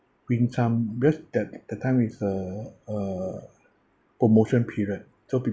win some because that that time is uh uh promotion period so